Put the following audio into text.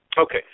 Okay